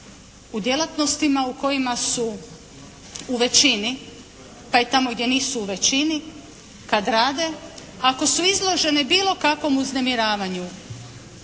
u djelatnostima u kojima su u većini pa i tamo gdje nisu u većini kad rade ako su izložene bilo kakvom uznemiravanju,